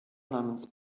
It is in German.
namens